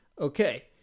Okay